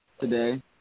today